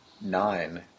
nine